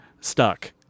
stuck